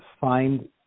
find